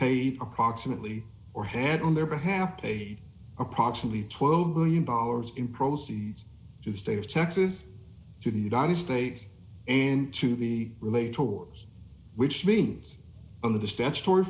paid approximately or had on their behalf paid approximately twelve million dollars in proceeds to the state of texas to the united states and to be related to wars which means on the statutory